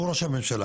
הוא ראש הממשלה,